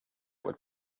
would